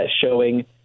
showing